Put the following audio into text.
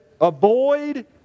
avoid